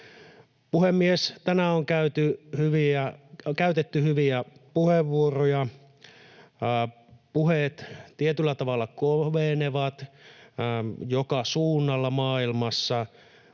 Puhemies! Tänään on käytetty hyviä puheenvuoroja. Puheet tietyllä tavalla kovenevat joka suunnalla maailmassa,